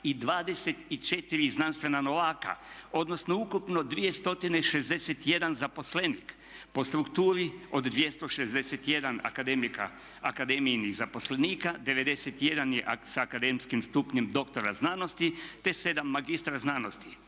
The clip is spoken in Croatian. i 24 znanstvena novaka, odnosno ukupno 261 zaposlenik, po strukturi od 261 akademijinih zaposlenika, 91 je sa akademskim stupnjem dr. znanosti te 7 magistra znanosti.